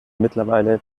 mittlerweile